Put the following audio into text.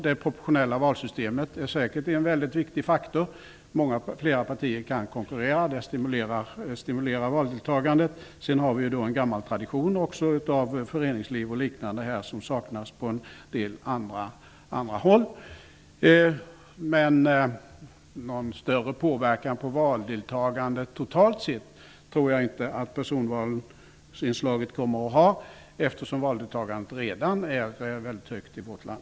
Det proportionella valsystemet är säkert en väldigt viktig faktor. Flera partier kan konkurrera, och det stimulerar valdeltagandet. Vidare har vi en gammal tradition av föreningsliv och liknande som saknas på en del andra håll. Någon större påverkan på valdeltagandet totalt sett tror jag inte att personvalsinslaget kommer att ha, eftersom valdeltagandet redan är väldigt högt i vårt land.